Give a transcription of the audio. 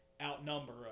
outnumber